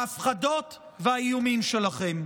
ההפחדות והאיומים שלכם.